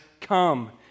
come